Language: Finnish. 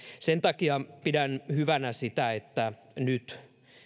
sen takia pidän hyvänä sitä että nyt